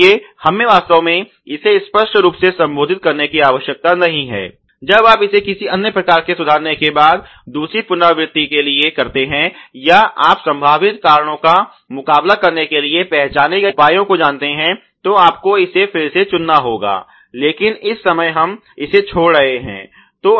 इसलिए हमें वास्तव में इसे स्पष्ट रूप से संबोधित करने की आवश्यकता नहीं है जब आप इसे किसी अन्य प्रकार के सुधार करने के बाद दूसरी पुनरावृत्ति के लिए करते हैं या आप संभावित कारणों का मुकाबला करने के लिए पहचाने गए उपायों को जानते हैं तो आपको इसे फिर से चुनना होगा लेकिन इस समय हम इसे छोड़ रहे हैं